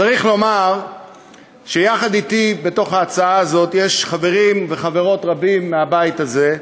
צריך לומר שיחד אתי בהצעה הזאת נמצאים חברים וחברות רבים מהבית הזה,